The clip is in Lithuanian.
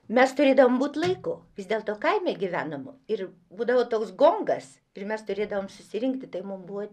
mes turėdavom būti laiku vis dėlto kaime gyvenom ir būdavo toks gongas ir mes turėdavom susirinkti tai mums buvo